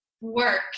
work